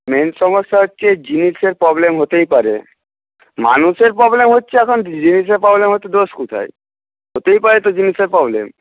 main সমস্যা হচ্ছে জিনিসের প্রবলেম হতেই পারে মানুষের প্রবলেম হচ্ছে এখন জিনিসের প্রবলেম হতে দোষ কোথায় হতেই পারে তো জিনিসের প্রবলেম